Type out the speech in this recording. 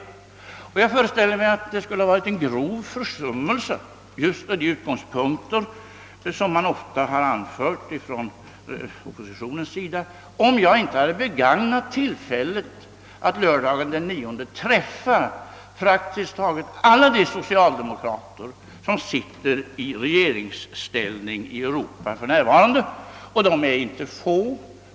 Jag föreställer mig också att det skulle ha varit en grov försummelse med hänsyn till just de synpunkter, som ofta anförts från oppositionen, om jag inte hade begagnat tillfället att lördagen den 9 denna månad träffa praktiskt taget alla de socialdemokrater, som för närvarande sitter i regeringsställning i Europa — och de är inte få.